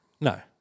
no